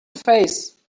face